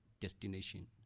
destination